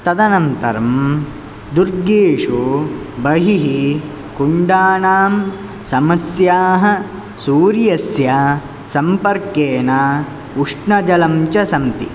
तदनन्तरं दुर्गेषु बहिः कुण्डानां समस्याः सूर्यस्य सम्पर्केण उष्णजलं च सन्ति